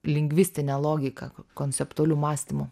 lingvistine logika konceptualiu mąstymu